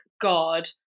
god